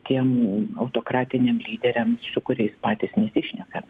tiem autokratiniam lyderiam su kuriais patys nesišnekame